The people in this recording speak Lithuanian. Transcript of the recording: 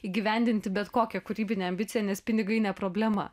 įgyvendinti bet kokią kūrybinę ambiciją nes pinigai ne problema